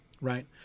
Right